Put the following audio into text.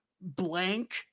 blank